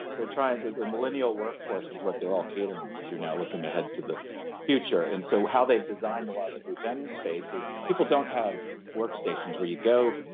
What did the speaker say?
they're trying the millennial workforce is what they're all catering to now, looking ahead to the future. and so how they designed a lot of the group m and space is people don't have workstations where you go,